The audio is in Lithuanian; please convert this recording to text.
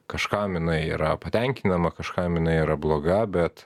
kažkam jinai yra patenkinama kažkam jinai yra bloga bet